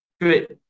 great